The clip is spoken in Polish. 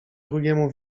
drugiemu